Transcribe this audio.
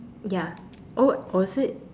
ya oh was it